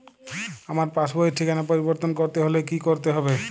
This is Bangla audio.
আমার পাসবই র ঠিকানা পরিবর্তন করতে হলে কী করতে হবে?